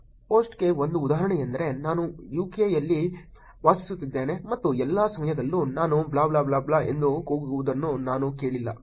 ಪೋಸ್ಟ್ಗೆ ಒಂದು ಉದಾಹರಣೆಯೆಂದರೆ ನಾನು ಯುಕೆಯಲ್ಲಿ ವಾಸಿಸುತ್ತಿದ್ದೇನೆ ಮತ್ತು ಎಲ್ಲಾ ಸಮಯದಲ್ಲೂ ನಾನು ಬ್ಲಾ ಬ್ಲಾ ಬ್ಲಾ ಬ್ಲಾ ಎಂದು ಕೂಗುವುದನ್ನು ನಾನು ಕೇಳಿಲ್ಲ